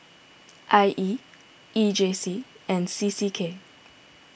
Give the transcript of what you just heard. I E E J C and C C K